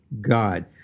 God